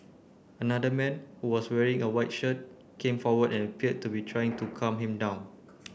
another man who was wearing a white shirt came forward and appeared to be trying to calm him down